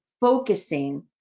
focusing